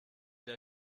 der